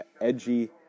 edgy